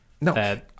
no